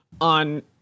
on